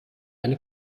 eine